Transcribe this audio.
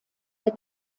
der